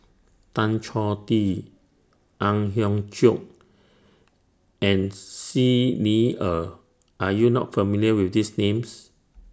Tan Choh Tee Ang Hiong Chiok and Xi Ni Er Are YOU not familiar with These Names